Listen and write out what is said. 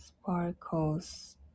sparkles